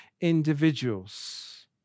individuals